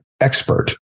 expert